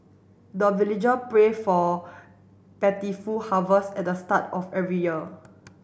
the villager pray for harvest at the start of every year